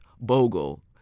Bogle